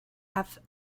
have